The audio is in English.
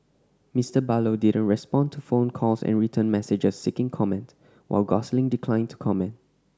Mister Barlow didn't respond to phone calls and written messages seeking comment while Gosling declined to comment